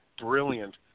brilliant